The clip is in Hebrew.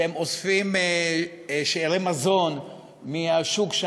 שאוספים שאריות מזון מהשוק,